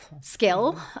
skill